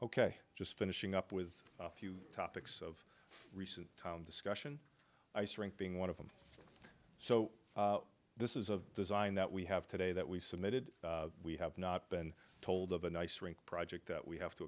ok just finishing up with a few topics of recent town discussion ice rink being one of them so this is a design that we have today that we submitted we have not been told of an ice rink project that we have to